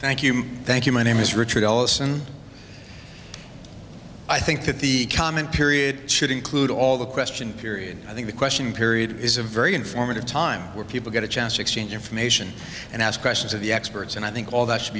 thank you thank you my name is richard ellison i think that the comment period should include all the question period i think the question period is a very informative time where people get a chance to exchange information and ask questions of the experts and i think all that should